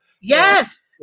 Yes